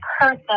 person